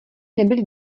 nebyli